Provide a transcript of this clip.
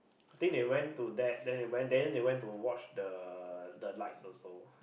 think they went to that then they went then they went to watch the the lights also